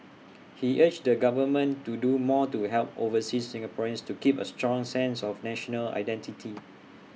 he urged the government to do more to help overseas Singaporeans keep A strong sense of national identity